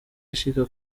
ashika